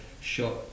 shot